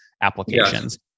applications